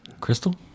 Crystal